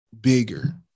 bigger